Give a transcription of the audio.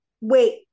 Wait